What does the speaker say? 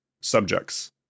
Subjects